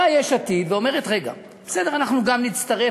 באה יש עתיד ואומרת: רגע, בסדר, אנחנו גם נצטרף.